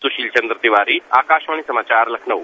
सुशील चंद्र तिवारी आकाशवाणी समाचार लखनऊ